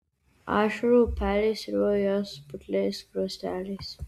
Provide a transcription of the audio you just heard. ašarų upeliai sruvo jos putliais skruosteliais